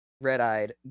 red-eyed